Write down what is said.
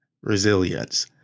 Resilience